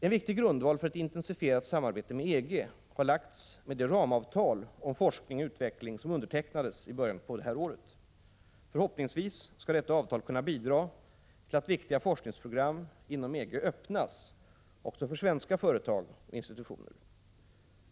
En viktig grundval för ett intensifierat samarbete med EG har lagts med det ramavtal om forskning och utveckling som undertecknades i början på året. Förhoppningsvis skall detta avtal kunna bidra till att viktiga forskningsprogram inom EG öppnas också för svenska företag och institutioner.